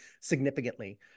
significantly